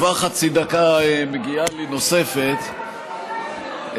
כבר חצי דקה נוספת מגיעה לי.